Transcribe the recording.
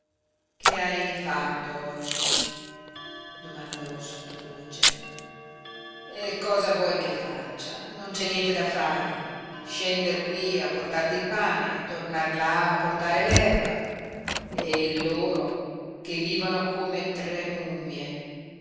che hai fatto oggi domandò sottovoce e cosa vuoi che faccia non c'è niente da fare scender qui a portarti il pane tornar là a portare l'erba e loro che vivono come tre mummie